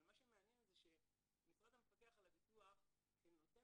אבל מה שמעניין זה שמשרד המפקח על הביטוח שנותן